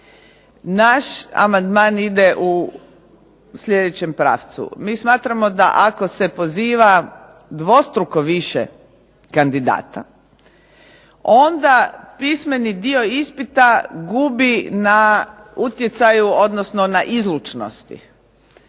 Naš amandman ide u sljedećem pravcu. Mi smatramo da ako se poziva dvostruko više kandidata, onda pismeni dio ispita gubi na utjecaju, odnosno na izlučnosti.